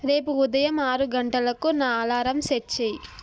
రేపు ఉదయం ఆరు గంటలకు నా అలారం సెట్ చేయి